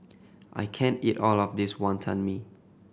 I can't eat all of this Wonton Mee